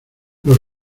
los